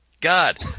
God